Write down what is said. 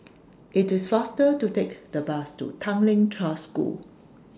IT IS faster to Take The Bus to Tanglin Trust School